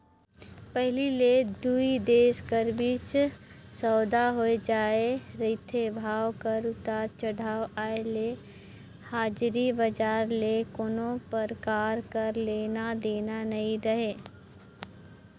पहिली ले दुई देश कर बीच सउदा होए जाए रिथे, भाव कर उतार चढ़ाव आय ले हाजरी बजार ले कोनो परकार कर लेना देना नी रहें